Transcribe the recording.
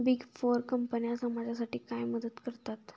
Big four कंपन्या समाजासाठी काय मदत करतात?